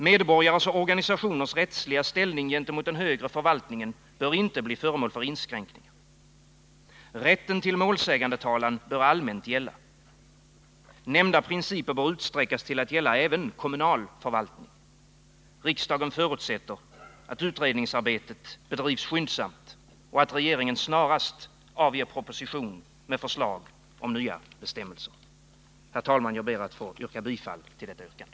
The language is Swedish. Medborgares och organisationers rättsliga ställning gentemot den högre förvaltningen bör inte bli föremål för inskränkningar. Rätten till målsägandetalan bör allmänt gälla. Nämnda principer bör utsträckas till att gälla även kommunal förvaltning. Riksdagen förutsätter att utredningsarbetet bedrivs skyndsamt och att regeringen snarast avger proposition med förslag om nya bestämmelser. Herr talman! Jag ber att få hemställa om bifall till detta yrkande.